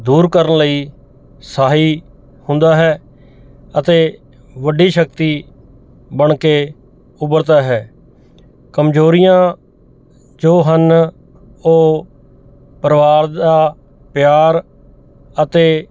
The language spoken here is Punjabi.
ਦੂਰ ਕਰਨ ਲਈ ਸਹਾਈ ਹੁੰਦਾ ਹੈ ਅਤੇ ਵੱਡੀ ਸ਼ਕਤੀ ਬਣ ਕੇ ਉੱਭਰਦਾ ਹੈ ਕਮਜ਼ੋਰੀਆਂ 'ਚੋਂ ਹਨ ਉਹ ਪਰਿਵਾਰ ਦਾ ਪਿਆਰ ਅਤੇ